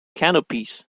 canopies